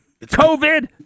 COVID